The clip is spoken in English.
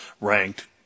ranked